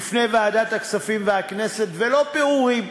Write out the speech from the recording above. בפני ועדת הכספים והכנסת, ולא פירורים.